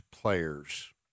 players